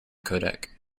codec